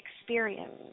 experience